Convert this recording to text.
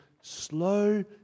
slow